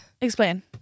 explain